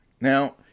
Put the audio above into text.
Now